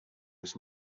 was